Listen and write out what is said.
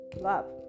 love